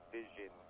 vision